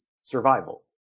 survival